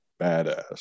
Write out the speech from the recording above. badass